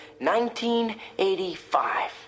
1985